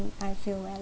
I feel very